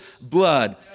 blood